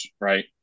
right